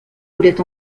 voulait